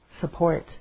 support